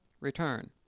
return